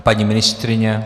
Paní ministryně?